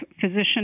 physician